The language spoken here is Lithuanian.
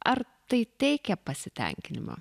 ar tai teikia pasitenkinimo